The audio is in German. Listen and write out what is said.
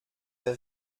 der